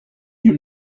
you